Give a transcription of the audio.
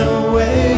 away